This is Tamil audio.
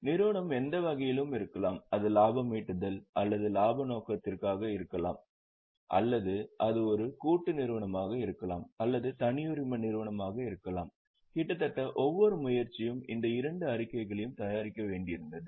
நிறுவனம் எந்த வகையிலும் இருக்கலாம் அது லாபம் ஈட்டுதல் அல்லது இலாப நோக்கற்றதாக இருக்கலாம் அல்லது அது ஒரு கூட்டு நிறுவனமாக இருக்கலாம் அல்லது தனியுரிம நிறுவனமாக இருக்கலாம் கிட்டத்தட்ட ஒவ்வொரு செயற்பாட்டிலும் இந்த இரண்டு அறிக்கைகளையும் தயாரிக்க வேண்டியிருக்கிறது